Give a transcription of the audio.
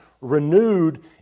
renewed